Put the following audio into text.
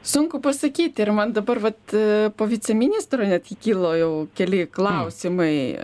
sunku pasakyti ir man dabar vat po viceministro net gi kilo jau keli klausimai